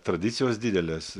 tradicijos didelės